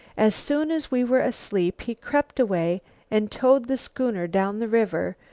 as soon as we were asleep, he crept away and towed the schooner down the river,